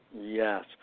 Yes